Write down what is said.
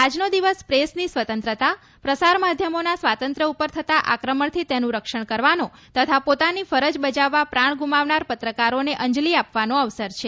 આજનો દિવસ પ્રેસની સ્વતંત્રતા પ્રસાર માધ્યમોના સ્વાતંત્ય ઉપર થતા આક્રમણથી તેનું રક્ષણ કરવાનો તથા પોતાની ફરજ બજાવવા પ્રાણ ગૂમાવનાર પત્રકારોને અંજલી આપવાનો અવસર છે